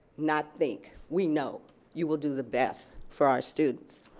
not think, we know you will do the best for our students.